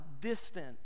distant